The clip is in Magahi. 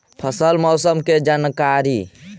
फसल मौसम के जानकारी?